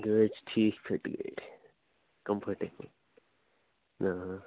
گٲڑۍ چھِ ٹھیٖک فِٹ گٲڑۍ کَمفٲرٹیبُل نہَ نہَ نہَ